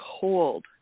cold